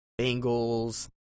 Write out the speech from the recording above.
Bengals